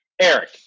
Eric